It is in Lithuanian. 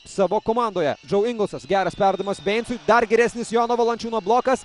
savo komandoje džau ingelsas geras perdavimas bein dar geresnis jono valančiūno blokas